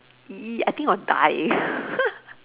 !ee! I think I'll die